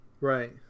Right